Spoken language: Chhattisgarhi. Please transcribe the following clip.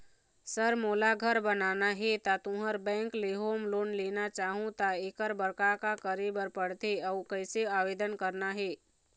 सर मोला घर बनाना हे ता तुंहर बैंक ले होम लोन लेना चाहूँ ता एकर बर का का करे बर पड़थे अउ कइसे आवेदन करना हे?